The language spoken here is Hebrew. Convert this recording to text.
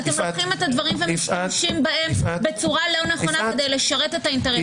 אתם לוקחים את הדברים ומשתמשים בהם בצורה לא נכונה כדי להשתמש בהם.